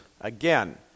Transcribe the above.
Again